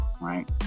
right